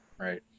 Right